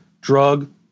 drug